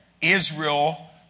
Israel